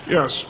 Yes